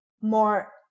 more